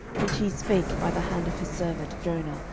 which he spake by the hand of his servant jonah,